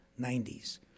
90s